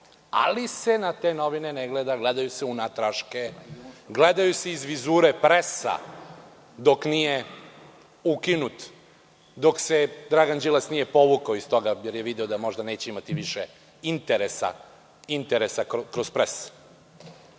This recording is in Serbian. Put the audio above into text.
Ali se na te novine ne gleda, gledaju se unatraške. Gledaju se iz vizure „Presa“ dok nije ukinut, dok se Dragan Đilas nije povukao iz toga jer je video da neće imati više interesa, interesa